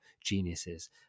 geniuses